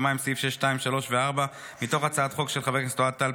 סעיף 3 מתוך הצעת חוק של סעדה,